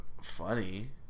funny